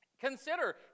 Consider